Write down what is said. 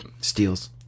steals